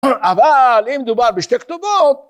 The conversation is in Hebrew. אבל אם דובר בשתי כתובות